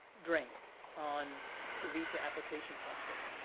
drain on the visa application process.